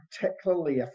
particularly